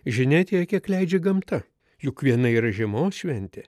žinia tiek kiek leidžia gamta juk viena yra žiemos šventė